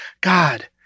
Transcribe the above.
God